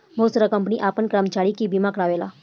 बहुत सारा कंपनी आपन कर्मचारी के बीमा कारावेला